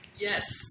Yes